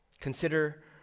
Consider